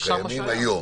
שקיימים היום